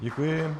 Děkuji.